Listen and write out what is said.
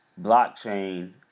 blockchain